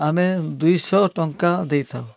ଆମେ ଦୁଇଶହଟଙ୍କା ଦେଇଥାଉ